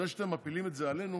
זה שאתם מפילים את זה עלינו